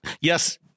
Yes